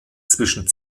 zwischen